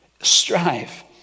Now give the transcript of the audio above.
strive